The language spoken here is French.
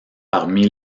parmi